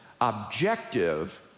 objective